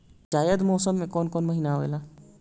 जायद मौसम में कौन कउन कउन महीना आवेला?